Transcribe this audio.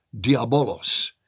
diabolos